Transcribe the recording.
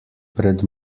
pred